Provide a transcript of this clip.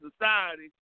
society